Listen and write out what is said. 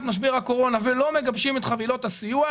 משבר הקורונה ולא מגבשים את חבילות הסיוע,